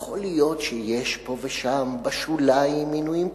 יכול להיות שיש פה ושם, בשוליים, מינויים כאלה.